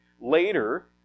later